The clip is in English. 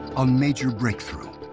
a major breakthrough